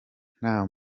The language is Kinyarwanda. nta